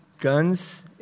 guns